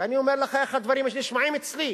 ואני אומר לך איך הדברים נשמעים אצלי.